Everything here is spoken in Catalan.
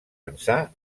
ençà